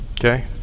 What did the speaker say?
Okay